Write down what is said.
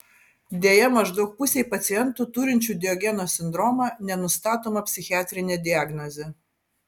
deja maždaug pusei pacientų turinčių diogeno sindromą nenustatoma psichiatrinė diagnozė